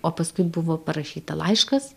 o paskui buvo parašyta laiškas